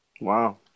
Wow